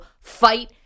fight